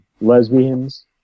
lesbians